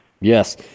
Yes